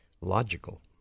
logical